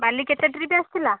ବାଲି କେତେ ଟ୍ରିପ୍ ଆସିଥିଲା